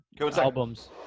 albums